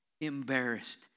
embarrassed